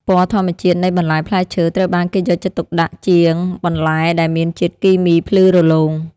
ពណ៌ធម្មជាតិនៃបន្លែផ្លែឈើត្រូវបានគេយកចិត្តទុកដាក់ជាងបន្លែដែលមានជាតិគីមីភ្លឺរលោង។